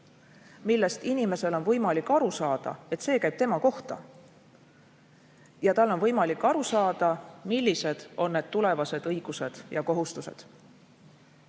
millest inimesel on võimalik aru saada, et see käib tema kohta, ja tal on võimalik aru saada, millised on need tulevased õigused ja kohustused.